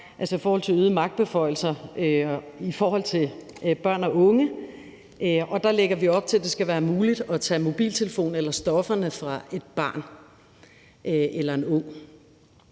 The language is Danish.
f.eks. forholdet til øgede magtbeføjelser i forhold til børn og unge. Der lægger vi op til, at det skal være muligt at tage mobiltelefonen eller stofferne fra et barn eller et ungt